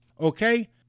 okay